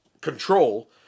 control